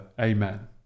Amen